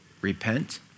repent